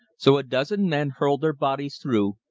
so a dozen men hurled their bodies through,